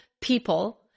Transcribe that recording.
people